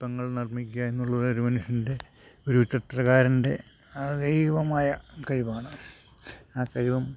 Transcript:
ശിൽപ്പങ്ങൾ നിർമ്മിക്കുക എന്നുള്ളത് ഒരു മനുഷ്യൻ്റെ ഒരു ചിത്രകാരൻ്റെ ദൈവികമായ കഴിവാണ് ആ കഴിവും